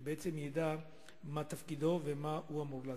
שבעצם ידע מה תפקידו ומה הוא אמור לעשות.